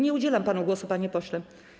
Nie udzielam panu głosu, panie pośle.